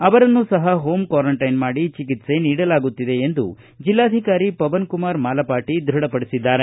ಅವರನ್ನು ಸಹ home quarantine ಮಾಡಿ ಚಿಕಿತ್ಸೆ ನೀಡಲಾಗುತ್ತಿದೆ ಎಂದು ಜಿಲ್ಲಾಧಿಕಾರಿ ಪವನ್ ಕುಮಾರ್ ಮಾಲಪಾಟಿ ದೃಡಪಡಿಸಿದ್ದಾರೆ